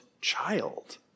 child